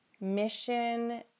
mission